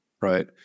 Right